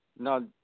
No